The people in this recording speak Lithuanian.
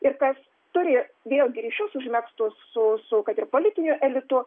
ir kas turi vėlgi ryšius užmegztus su su kad ir politiniu elitu